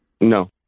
No